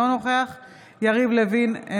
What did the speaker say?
אינו נוכח יריב לוין,